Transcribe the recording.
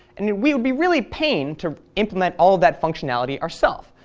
and we would be really pained to implement all that functionality ourselves,